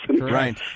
Right